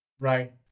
Right